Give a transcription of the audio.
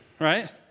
right